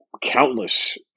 Countless